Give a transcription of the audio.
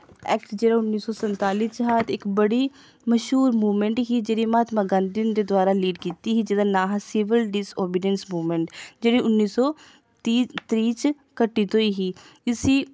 act जेह्ड़ा उन्नी सौ सन्ताली च हा इक बड़ी मश्हूर मूवमैंट ही जेह्ड़ी महात्मा गांधी हुंदे पासेआ लीड़ कीती ही जेह्दा नांऽ सिवल डिसओविडैंस मूवमैंट जेह्ड़ी उन्नी सौ त्रीह् च घटित होई ही इसी